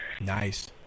nice